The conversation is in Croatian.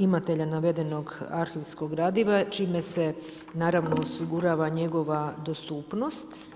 imatelja navedenog arhivskog gradiva, čime se naravno osigurava njegova dostupnost.